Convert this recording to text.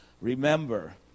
Remember